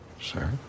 sir